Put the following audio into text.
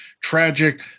tragic